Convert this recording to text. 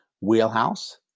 wheelhouse